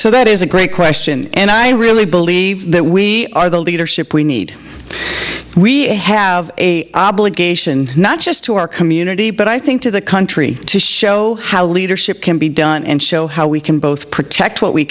so that is a great question and i really believe that we are the leadership we need we have a obligation not just to our community but i think to the country to show how leadership can be done and show how we can both protect what we